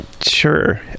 Sure